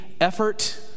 effort